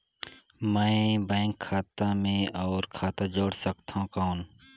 मैं बैंक खाता मे और खाता जोड़ सकथव कौन?